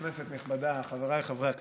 כנסת נכבדה, חבריי חברי הכנסת,